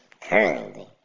currently